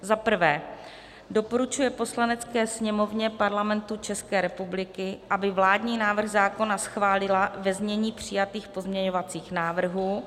I. doporučuje Poslanecké sněmovně Parlamentu České republiky, aby vládní návrh zákona schválila ve znění přijatých pozměňovacích návrhů;